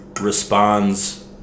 responds